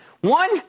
One